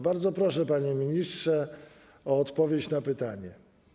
Bardzo proszę, panie ministrze, o odpowiedź na pytanie.